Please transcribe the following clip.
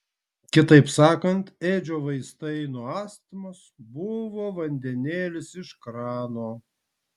kitaip sakant edžio vaistai nuo astmos buvo vandenėlis iš krano